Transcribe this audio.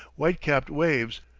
white-capped waves,